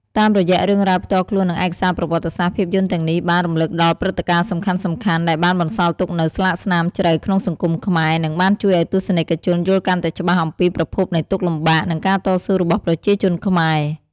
តាមរយៈរឿងរ៉ាវផ្ទាល់ខ្លួន និងឯកសារប្រវត្តិសាស្ត្រ ភាពយន្តទាំងនេះបាន រំលឹកដល់ព្រឹត្តិការណ៍សំខាន់ៗ ដែលបានបន្សល់ទុកនូវស្លាកស្នាមជ្រៅក្នុងសង្គមខ្មែរ និងបានជួយឱ្យទស្សនិកជនយល់កាន់តែច្បាស់អំពីប្រភពនៃទុក្ខលំបាក និងការតស៊ូរបស់ប្រជាជនខ្មែរ។